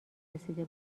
رسیده